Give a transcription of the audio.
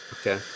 Okay